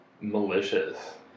malicious